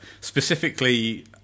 specifically